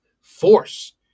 force